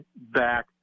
back